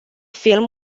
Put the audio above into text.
film